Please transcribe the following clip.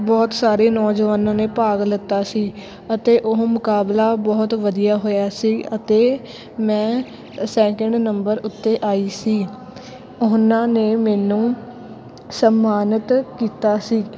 ਬਹੁਤ ਸਾਰੇ ਨੌਜਵਾਨਾਂ ਨੇ ਭਾਗ ਲਿੱਤਾ ਸੀ ਅਤੇ ਉਹ ਮੁਕਾਬਲਾ ਬਹੁਤ ਵਧੀਆ ਹੋਇਆ ਸੀ ਅਤੇ ਮੈਂ ਸੈਕਿੰਡ ਨੰਬਰ ਉੱਤੇ ਆਈ ਸੀ ਉਹਨਾਂ ਨੇ ਮੈਨੂੰ ਸਨਮਾਨਿਤ ਕੀਤਾ ਸੀ